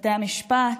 בתי המשפט,